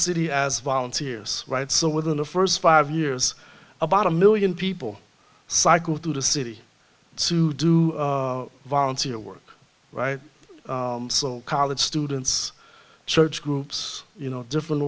city as volunteers right so within the st five years about a one million people cycled through the city to do volunteer work right college students church groups you know different